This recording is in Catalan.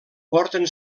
porten